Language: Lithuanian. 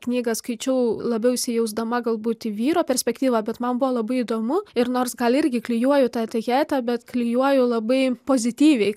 knygą skaičiau labiau įsijausdama galbūt į vyro perspektyvą bet man buvo labai įdomu ir nors gal irgi klijuoju tą etiketą bet klijuoju labai pozityviai